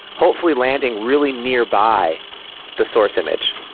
hopefully landing really nearby the source image.